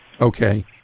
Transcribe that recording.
okay